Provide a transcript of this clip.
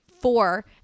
four